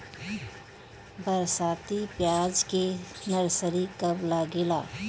बरसाती प्याज के नर्सरी कब लागेला?